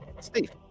steve